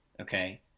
okay